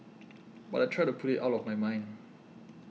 but I try to put it out of my mind